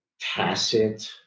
tacit